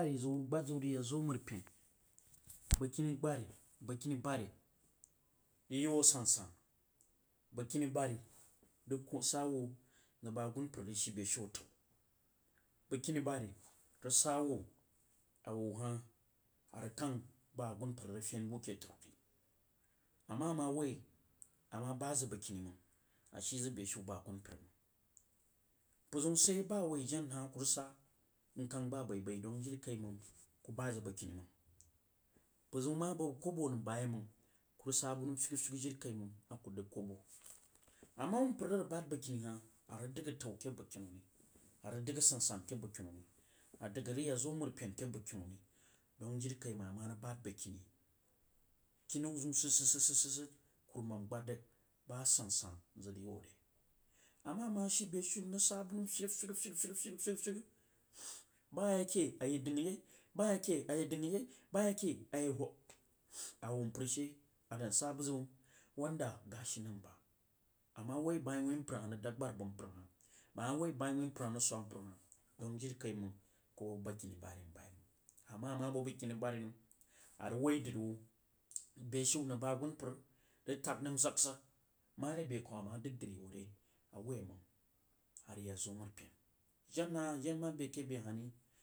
gbad zəg wuh rig yak zoh amər pen bəgkini gbari bəgkini bari rig yi wuh a sansan bəgkini bahri rig sah wuh nəng bəg agunpər rig shii beshiu afau bəgkini bahri rig sah wuh wuu hah a rig kang bah agunpər rig fen buu ake drí wuh ri aama amah woi ama bahd zəg bəgkini mang a shií zəg beshiu bəg agunpər mang mpər ziun sid yai ba a woi jen hah kuh rag sah nkang bah abaibai jiri kai dong mang kuh bahd zəg bəgkini mang mpər ziun ma bəg kobo nom bayai mand kuh rig sah buh nəm fyagha fyagha jirikaimang akuh dəg kobo ama wuh npər a rig bahd bəgkini, hah a rig dəg atau ake bəgkini wuh ri a rig dəg a sansan ake bəgkini wuh ri a dəg a rig yak zo apen ake bəgkini kinau zium sid sid sid kurumam gbad zəg bah a san san nzəg rig y wuh re ama amah shii bishiu mrig sah buh nəm fyagha fyagha fyagha bəg mah yakeh a yəg darigha yai bəg ma yakeh a yəg dangha a yai bəg mah yəd keh a yea huub a wuh npər she a dan sah buh ziun wanda gashi nan ba ama woi bəg ma yi wuin npər hah rig dab gbar bəg npər hah ama bəg ma yi wuin mpər hah rig swak ripə hah dong jirikaimang kuh bəg bəgkini badri nəm bayaimang ama bəg bəgkini badri nəm a rig woi drí wuh bishiu nang bəg agunpər rig tak nəm zag zag marekai awa dəg dri wuh are yai a rig yaa zoh aməripen jena a jen mah be ake be hah.